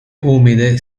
umide